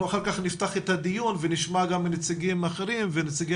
אנחנו אחר כך נפתח את הדיון ונשמע גם מנציגים אחרים ונציגי